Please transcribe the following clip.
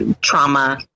trauma